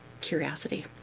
curiosity